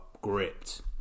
gripped